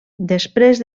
després